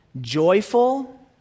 Joyful